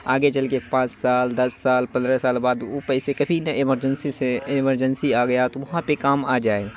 آگے چل کے پانچ سال دس سال پندرہ سال بعد او پیسے بھی نا ایمرجنسی سے ایمرجنسی آ گیا تو وہاں پہ کام آ جائے